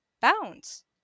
bounds